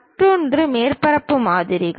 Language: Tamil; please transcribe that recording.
மற்றொன்று மேற்பரப்பு மாதிரிகள்